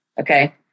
Okay